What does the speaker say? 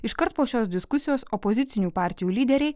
iškart po šios diskusijos opozicinių partijų lyderiai